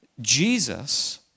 Jesus